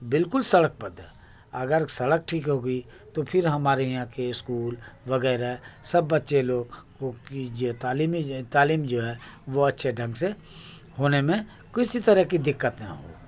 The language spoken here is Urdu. بالکل سڑک پر دیں اگر سڑک ٹھیک ہو گئی تو پھر ہمارے یہاں کے اسکول وغیرہ سب بچے لوگ کو کی تعلیمی تعلیم جو ہے وہ اچھے ڈھنگ سے ہونے میں کسی طرح کی دقت نہ ہو